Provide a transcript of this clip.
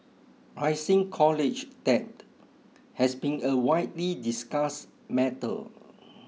rising college debt has been a widely discussed matter